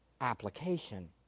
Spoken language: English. application